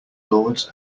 lords